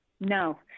No